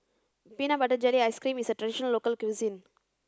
Peanut Butter Jelly Ice cream is a traditional local cuisine